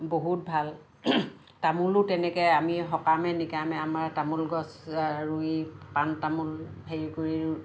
বহুত ভাল তামোলো তেনেকৈ আমি সকামে নিকামে আমি তামোলগছ ৰুই পাণ তামোল হেৰি কৰি